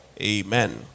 Amen